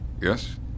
Yes